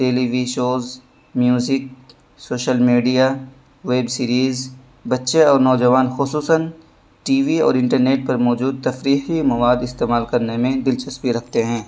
ٹیلی وی shows music social media web series بچے اور نوجوان خصوصاً ٹی وی اور انٹرنیٹ پر موجود تفریحی مواد استعمال کرنے میں دلچسپی رکھتے ہیں